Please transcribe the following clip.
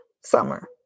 summer